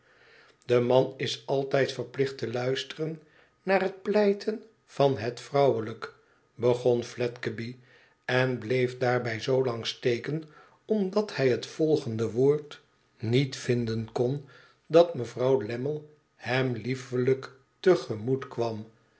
de man is altijd verplicht te luisteren naar het pleiten van het vrouwelijk begon fledgeby en bleefdaarbij zoolang steken omdat hij het volgende woord niet vinden kon dat mevrouw lammie hem liefelijk te gemoet kwam